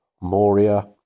moria